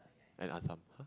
and Asam